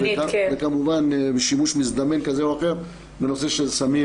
וכמובן בשימוש מזדמן כזה או אחר בנושא של סמים